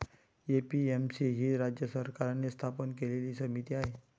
APMC ही राज्य सरकारने स्थापन केलेली समिती आहे